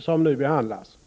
som nu behandlas.